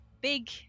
Big